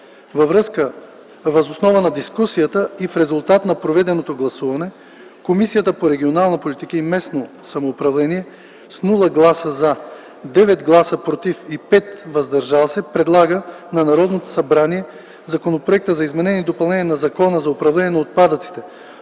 Въз основа на дискусията и в резултат на проведеното гласуване, Комисията по регионална политика и местно самоуправление: - без гласове – „за”, 9 гласа – „против”, и 5 гласа – „въздържали се”, предлага на Народното събрание Законопроектът за изменение и допълнение на Закона за управление на отпадъците,